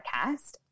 podcast